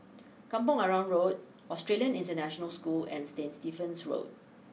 Kampong Arang Road Australian International School and Saint Stephen's School